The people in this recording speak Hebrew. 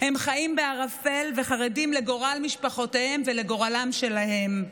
הם חיים בערפל וחרדים לגורל משפחותיהם ולגורלם שלהם.